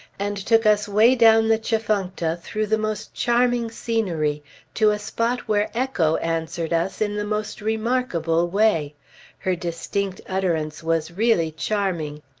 and took us way down the tchefuncta through the most charming scenery to a spot where echo answered us in the most remarkable way her distinct utterance was really charming.